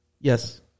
Yes